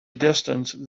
distance